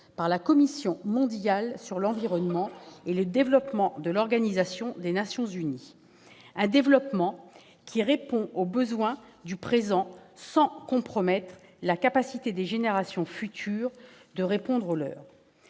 par la Commission mondiale pour l'environnement et le développement de l'Organisation des Nations unies :«[...] Un développement qui répond aux besoins du présent sans compromettre la capacité des générations futures de répondre aux leurs